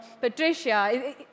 Patricia